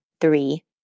three